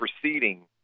proceeding